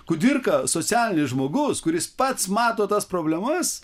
kudirka socialinis žmogaus kuris pats mato tas problemas